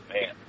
man